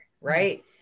Right